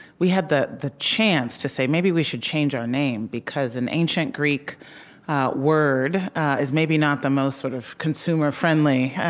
we had the the chance to say, maybe we should change our name, because an ancient greek word is maybe not the most sort of consumer-friendly,